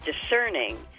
discerning